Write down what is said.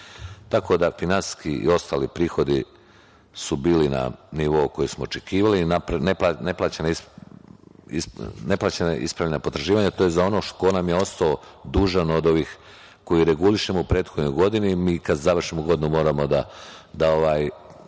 da finansijski i ostali prihodi su bili na nivou koji smo očekivali, neplaćena potraživanja, to je za ono ko nam je ostao dužan od ovih koje regulišemo u prethodnoj godini. Mi kada završimo godinu moramo da